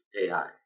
AI